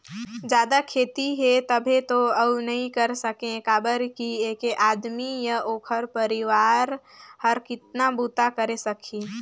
जादा खेती हे तभे तो अउ नइ कर सके काबर कि ऐके आदमी य ओखर परवार हर कतना बूता करे सकही